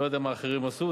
אני לא יודע מה אחרים עשו.